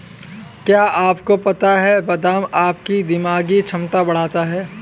क्या आपको पता है बादाम आपकी दिमागी क्षमता बढ़ाता है?